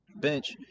bench